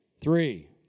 Three